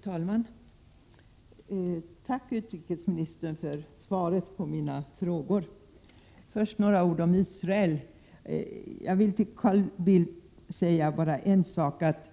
Fru talman! Tack, utrikesministern, för svaren på mina frågor! Först några ord om Israel. Jag vill säga en sak till Carl Bildt: